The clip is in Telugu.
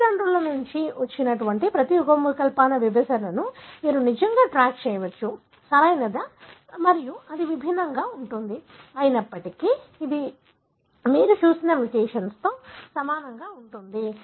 తల్లిదండ్రుల నుండి ప్రతి యుగ్మవికల్పాల విభజనను మీరు నిజంగా ట్రాక్ చేయవచ్చు సరియైనది మరియు ఇది భిన్నంగా ఉంటుంది అయినప్పటికీ ఇది మీరు చూసిన మ్యుటేషన్తో సమానంగా ఉంటుంది